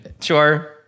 Sure